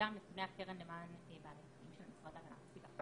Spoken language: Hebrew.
וגם את נתוני הקרן למען בעלי חיים של המשרד להגנת הסביבה.